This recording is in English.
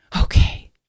Okay